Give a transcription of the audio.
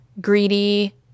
greedy